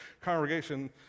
congregation